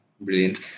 Brilliant